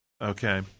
okay